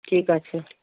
ঠিক আছে